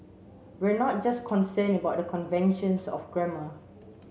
we're not just concerned about the conventions of grammar